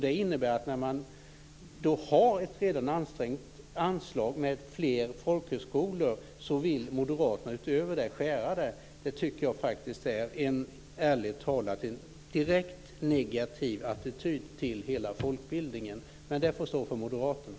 Det innebär att när man har ett redan ansträngt anslag med fler folkhögskolor vill moderaterna också skära där. Det tycker jag ärligt talat är en direkt negativ attityd till hela folkbildningen. Men det får stå för moderaterna.